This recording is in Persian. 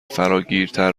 فراگیرتر